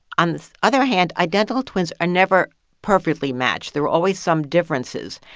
on the other hand, identical twins are never perfectly matched. there are always some differences.